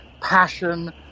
passion